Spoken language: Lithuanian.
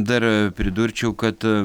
dar pridurčiau kad